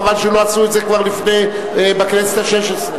חבל שלא עשו את זה כבר לפני, בכנסת השש-עשרה.